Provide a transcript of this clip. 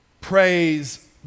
praise